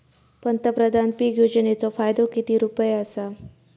पंतप्रधान पीक योजनेचो फायदो किती रुपये आसा?